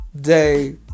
day